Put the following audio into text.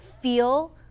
feel